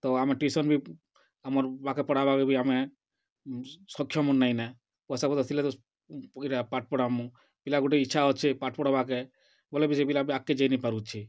ତ ଆମେ ଟ୍ୟୁସନ୍ ବି ଆମର୍ ପାଖେ ପଢ଼ାବାର୍କେ ବି ଆମେ ସକ୍ଷମ୍ ନାଇଁନ ପଇସା ପତର୍ ଥିଲେ ତ ପାଠ୍ ପଢ଼ାମୁ ପିଲା ଗୁଟେ ଈଚ୍ଛା ଅଛେ ପାଠ୍ ପଢ଼ବାର୍କେ ବେଲେ ବି ସେ ପିଲା ବି ଆଗ୍କେ ଯାଇ ନାଇ ପାରୁଛେ